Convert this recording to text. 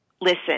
listen